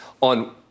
on